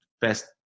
best